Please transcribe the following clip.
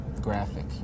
graphic